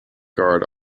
guard